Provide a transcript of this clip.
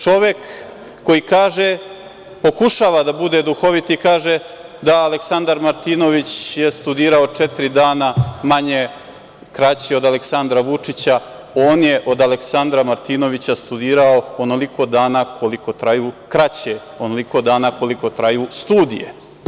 Čovek koji kaže, pokušava da bude duhovit i kaže da je Aleksandar Martinović studirao četiri dana manje, kraće od Aleksandra Vučića, on je od Aleksandra Martinovića studirao kraće onoliko dana koliko traju studije.